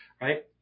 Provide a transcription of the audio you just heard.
right